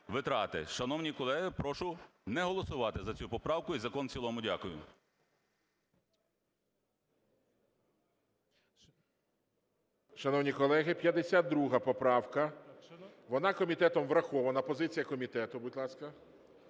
Шановні колеги, прошу не голосувати за цю поправку і закон у цілому. Дякую. ГОЛОВУЮЧИЙ. Шановні колеги, 52 поправка, вона комітетом врахована, позиція комітету, будь ласка.